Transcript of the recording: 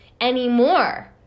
anymore